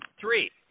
Three